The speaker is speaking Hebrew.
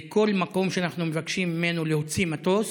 כל מקום שאנחנו מבקשים להוציא ממנו מטוס,